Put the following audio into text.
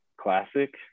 Classic